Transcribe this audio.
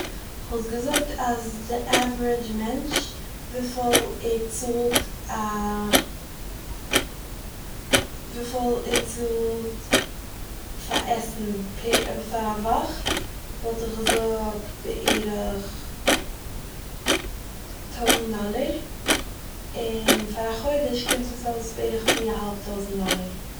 איך וואלט געזאגט אז די אווערעדזש מענטש וויפיל ער צאלט א- וויפיל ער צאלט פאר עסן פע- פאר א וואך - וואלט איך געזאגט, בערך טויזנט דאלער, און פאר א חודש קומט עס אויס בערך פיר א האלב טויזנט דאלער